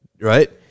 right